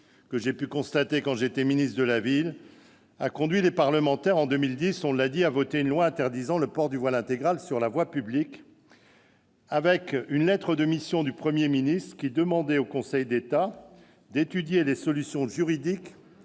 que j'ai pu constater quand j'étais ministre de la ville, a conduit en 2010 les parlementaires- on l'a dit -à voter une loi interdisant le port du voile intégral sur la voie publique. Dans une lettre de mission, le Premier ministre demandait au Conseil d'État d'étudier des solutions juridiques